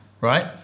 right